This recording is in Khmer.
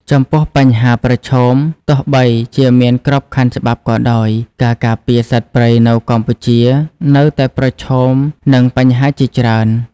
ចំពោះបញ្ហាប្រឈមទោះបីជាមានក្របខ័ណ្ឌច្បាប់ក៏ដោយ ការការពារសត្វព្រៃនៅកម្ពុជានៅតែប្រឈមនឹងបញ្ហាជាច្រើន។